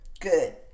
good